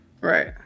Right